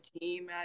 team